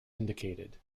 indicated